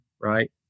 right